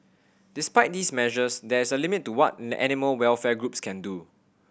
despite these measures there is a limit to what animal welfare groups can do